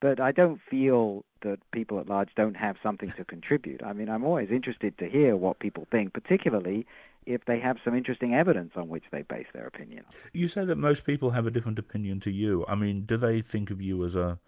but i don't feel that people at large don't have something to contribute. i'm always interested to hear what people think, particularly if they have some interesting evidence on which they base their opinions. you say that most people have a different opinion to you. i mean do they think of you as a